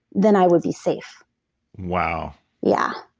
then i would be safe wow yeah,